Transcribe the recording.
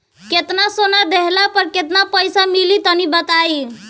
केतना सोना देहला पर केतना पईसा मिली तनि बताई?